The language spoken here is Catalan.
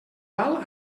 val